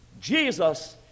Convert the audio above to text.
Jesus